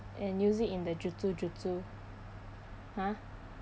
and use it in the jutsu jutsu !huh!